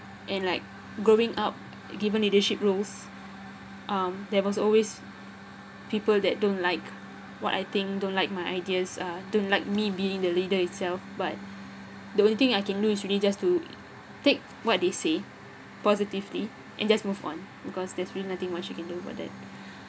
and like growing up given leadership roles um there was always people that don't like what I think don't like my ideas uh don't like me being the leader itself but the only thing I can do is really just to take what they say positively and just move on because there's really nothing much you can do about that